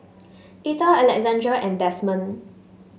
Etta Alexandra and Desmond